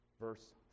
verse